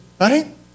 right